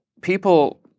people